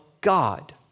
God